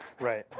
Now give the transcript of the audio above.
Right